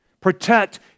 Protect